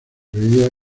veía